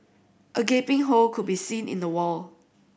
a gaping hole could be seen in the wall